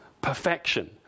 perfection